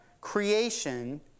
creation